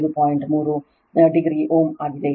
3 degree Ω ಆಗಿದೆ